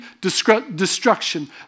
destruction